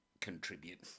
contribute